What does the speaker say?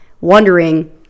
wondering